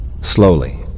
Slowly